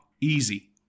easy